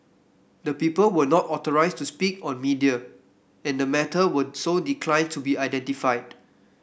the people were not authorised to speak on media and the matter were so declined to be identified